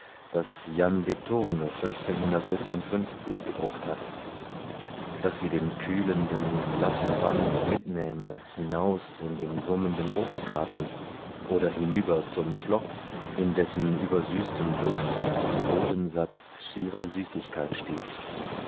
das jan gedruckt hat daß sie den kühlenden glatten band mitnähme hinaus in den summenden obstgarten oder hinüber zum phlox in dessen übersüßtem duft ein bodensatz schierer süßigkeit steht